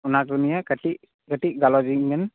ᱚᱱᱟᱠᱚ ᱱᱤᱭᱮ ᱠᱟ ᱴᱤᱜ ᱠᱟ ᱴᱤᱡ ᱜᱟᱞᱚᱪ ᱤᱧᱵᱤᱱ